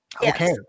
Okay